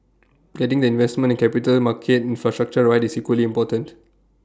getting the investment and capital market infrastructure right is equally important